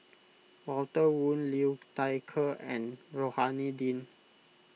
Walter Woon Liu Thai Ker and Rohani Din